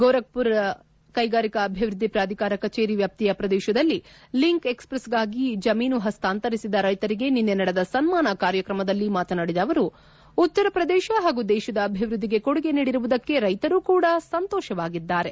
ಗೋರಖ್ಮರ್ ಕೈಗಾರಿಕಾ ಅಭಿವೃದ್ಧಿ ಪ್ರಾಧಿಕಾರ ಕಚೇರಿ ವ್ಯಾಪ್ತಿಯ ಪ್ರದೇಶದಲ್ಲಿ ಲಿಂಕ್ಎಕ್ಸ್ಪ್ರೆಸ್ಗಾಗಿ ಜಮೀನು ಪಸ್ತಾಂತರಿಸಿದ ರೈತರಿಗೆ ನಿನ್ನೆ ನಡೆದ ಸನ್ಮಾನ ಕಾರ್ಯತ್ರಮದಲ್ಲಿ ಮಾತನಾಡಿದ ಅವರು ಉತ್ತರ ಪ್ರದೇಶ ಪಾಗೂ ದೇಶದ ಅಭಿವ್ಯದ್ಧಿಗೆ ಕೊಡುಗೆ ನೀಡಿರುವುದಕ್ಕೆ ರೈತರು ಕೂಡ ಸಂತೋಷವಾಗಿದ್ದಾರೆ